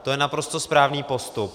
To je naprosto správný postup.